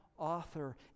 Author